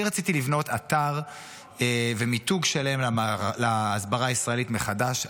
אני רציתי לבנות אתר ומיתוג שלם להסברה הישראלית מחדש.